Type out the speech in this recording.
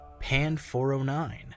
Pan409